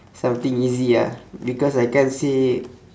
something easy ah because I can't say